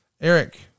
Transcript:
Eric